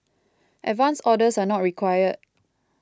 advance orders are not required